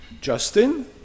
Justin